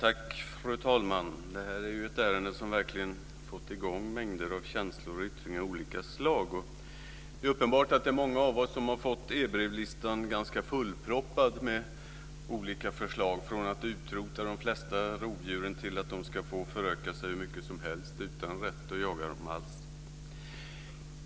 Fru talman! Det här är ett ärende som verkligen har fått i gång mängder av känslor och yttringar av olika slag. Det är uppenbart att det är många av oss som har fått e-brevlistan ganska fullproppad med olika förslag, från att utrota de flesta rovdjur till att de ska få föröka sig hur mycket som helst utan rätt att jaga dem alls.